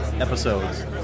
episodes